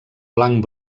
blanc